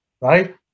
right